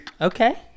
Okay